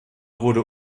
wurde